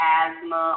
asthma